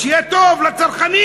שיהיה טוב לצרכנים,